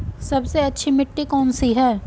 सबसे अच्छी मिट्टी कौन सी है?